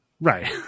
Right